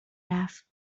رفت